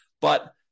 But-